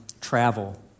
travel